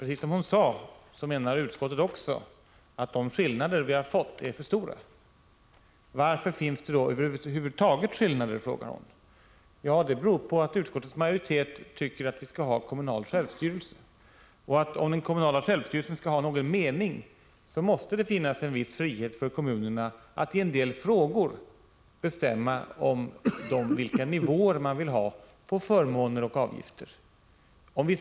Utskottet menar, i likhet med Inga Lantz, att de skillnader som finns är för stora. Varför finns det då över huvud taget skillnader? frågar Inga Lantz. Ja, det beror på att utskottets majoritet tycker att vi skall ha kommunal självstyrelse. För att den kommunala självstyrelsen skall ha någon mening måste det finnas en viss frihet för kommunerna att i en del frågor fastställa nivåerna för förmåner och avgifter.